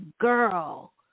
girl